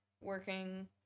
working